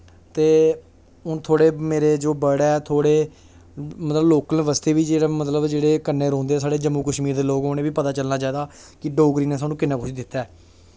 ते हून थोह्ड़े मेरे जो वर्ड ऐ थोह्ड़े मेरे मतलब लोकल बास्तै बी मतलब जेह्ड़े कन्नै रौहंदे साढ़े जम्मू कश्मीर दे लोग उ'नें गी बी पता चलना चाहिदा कि डोगरी ने सानूं कि'न्ना कुछ दित्ता ऐ